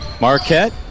Marquette